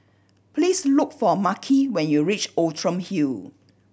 please look for Makhi when you reach Outram Hill